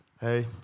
Hey